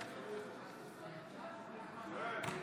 (קוראת בשמות חברי הכנסת)